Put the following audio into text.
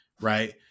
Right